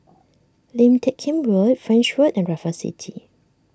Lim Teck Kim Road French Road and Raffles City